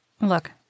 Look